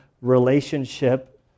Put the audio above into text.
relationship